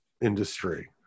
industry